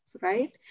right